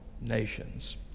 nations